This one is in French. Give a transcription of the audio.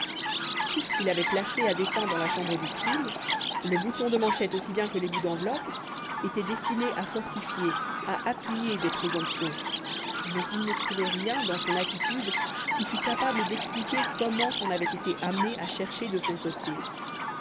tout ce qu'il avait placé à dessein dans la chambre du crime le bouton de manchette aussi bien que les bouts d'enveloppe était destiné à fortifier à appuyer des présomptions mais il ne trouvait rien dans son attitude qui fût capable d'expliquer comment on avait été amené à chercher de son côté